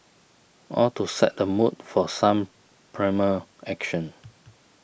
all to set the mood for some primal action